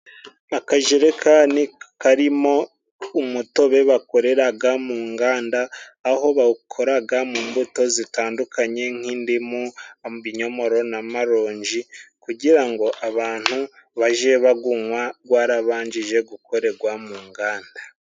Akajekani karimo umutobe bakoreraga mu nganda, aho bawukoraga mu mbuto zitandukanye nk'indimu, ibinyomoro n'amaronji, kugira ngo abantu bajye bagunywa gwarabanjije gukorerwa mu nganda.